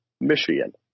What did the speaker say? Michigan